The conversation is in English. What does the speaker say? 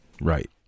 Right